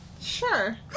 sure